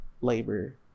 labor